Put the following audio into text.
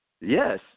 Yes